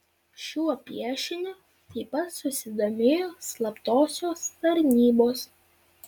šiuo piešiniu taip pat susidomėjo slaptosios tarnybos